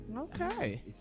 Okay